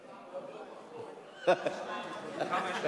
תודיע,